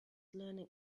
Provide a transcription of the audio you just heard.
learning